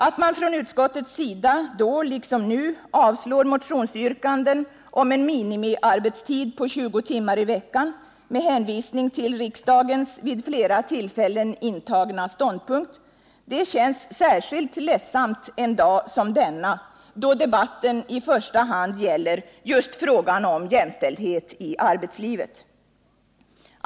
Att man från utskottets sida då liksom nu avstyrker motionsyrkanden om en minimiarbetstid på 20 timmar i veckan med hänvisning till riksdagens vid flera tillfällen intagna ståndpunkt känns särskilt ledsamt en dag som denna, då debatten i första hand gäller just frågan om jämställdhet i arbetslivet.